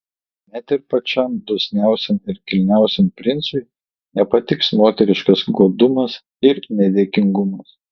net ir pačiam dosniausiam ir kilniausiam princui nepatiks moteriškas godumas ir nedėkingumas